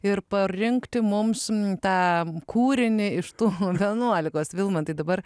ir parinkti mums tą kūrinį iš tų vienuolikos vilmantai dabar